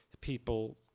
people